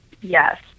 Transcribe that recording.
Yes